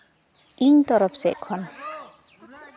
ᱤᱧ ᱛᱚᱨᱚᱯᱷ ᱥᱮᱫ ᱠᱷᱚᱱ